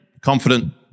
confident